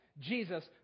Jesus